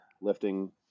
lifting